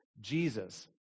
Jesus